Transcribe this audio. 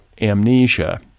amnesia